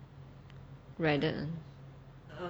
ridden